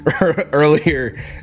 earlier